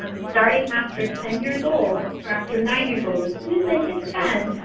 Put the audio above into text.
um starting after ten years old, or after nine years old, as soon as they hit ten,